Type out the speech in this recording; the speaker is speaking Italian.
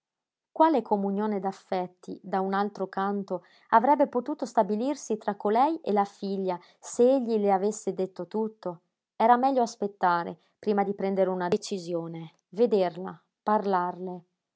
quale comunione d'affetti da un altro canto avrebbe potuto stabilirsi tra colei e la figlia se egli le avesse detto tutto era meglio aspettare prima di prendere una decisione vederla parlarle